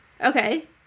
Okay